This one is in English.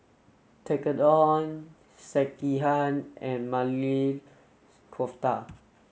Tekkadon Sekihan and Maili Kofta